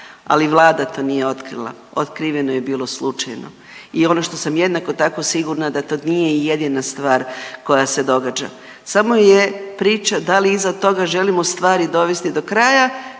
ali vlada to nije otkrila. Otkriveno je bilo slučajno. I ono što sam jednako tako sigurna da to nije jedina stvar koja se događa. Samo je priča da li iza toga želimo stvari dovesti do kraja